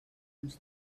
uns